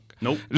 Nope